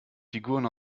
figuren